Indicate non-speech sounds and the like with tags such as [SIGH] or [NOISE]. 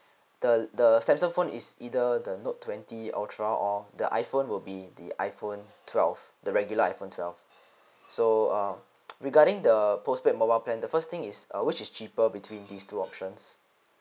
the the samsung phone is either the note twenty ultra or the iphone will be the iphone twelve the regular iphone twelve so uh [NOISE] regarding the postpaid mobile plan the first thing is uh which is cheaper between these two options